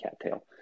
cattail